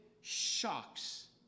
shocks